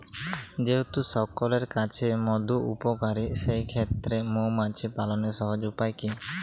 যেহেতু সকলের কাছেই মধু উপকারী সেই ক্ষেত্রে মৌমাছি পালনের সহজ উপায় কি?